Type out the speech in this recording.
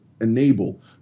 enable